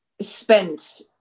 spent